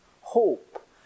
hope